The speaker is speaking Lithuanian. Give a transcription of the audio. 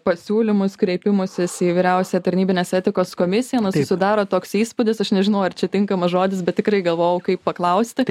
pasiūlymus kreipimusis į vyriausią tarnybinės etikos komisiją susidaro toks įspūdis aš nežinau ar čia tinkamas žodis bet tikrai galvojau kaip paklausti